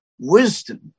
wisdom